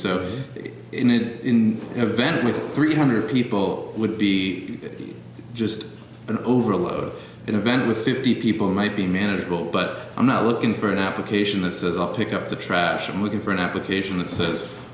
needed in a van with three hundred people would be just an overload event with fifty people might be manageable but i'm not looking for an application that says i pick up the trash i'm looking for an application that says